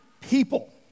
people